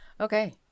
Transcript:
Okay